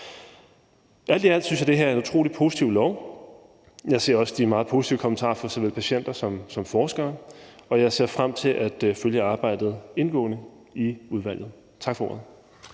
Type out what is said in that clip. Alt i alt synes vi, at det her er en utrolig positiv lov. Jeg ser også de meget positive kommentarer fra såvel patienter som forskere, og jeg ser frem til at følge arbejdet indgående i udvalget. Tak for ordet.